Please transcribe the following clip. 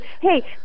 Hey